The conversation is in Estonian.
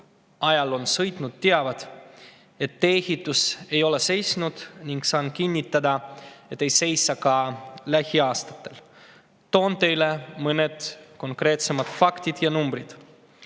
ajal sõitnud, teavad, et tee-ehitus ei ole seisnud, ning saan kinnitada, et ei seisa ka lähiaastatel. Toon teile mõned konkreetsed faktid ja numbrid.